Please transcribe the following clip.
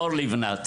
לבנת.